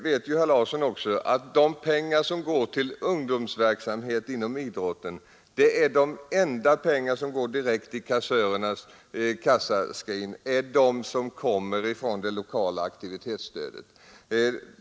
Men av de pengar som går till ungdomsverksamhet inom idrotten är det endast de pengar som gäller det lokala aktivitetsstödet som går direkt till idrottsföreningarnas kassor.